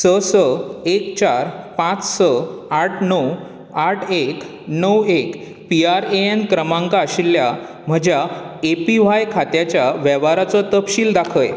स स एक चार पांच स आठ णव आठ एक णव एक पी आर ए एन क्रमांक आशिल्ल्या म्हज्या ए पी व्हाय खात्याच्या वेव्हाराचो तपशील दाखय